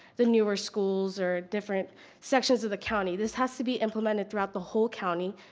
the numerous schools or different sections of the county. this has to be implemented throughout the whole county,